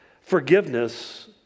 forgiveness